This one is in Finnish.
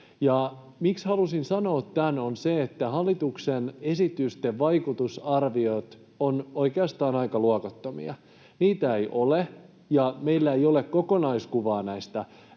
miksi halusin sanoa tämän, on se, että hallituksen esitysten vaikutusarviot ovat oikeastaan aika luokattomia. Niitä ei ole, ja meillä ei ole kokonaiskuvaa näistä